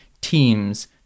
teams